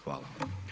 Hvala.